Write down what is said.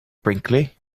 brinkley